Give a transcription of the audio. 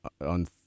on